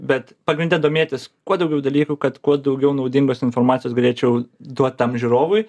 bet pagrinde domėtis kuo daugiau dalykų kad kuo daugiau naudingos informacijos galėčiau duot tam žiūrovui